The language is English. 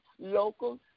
local